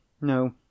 no